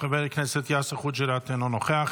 חבר הכנסת יאסר חוג'יראת, אינו נוכח.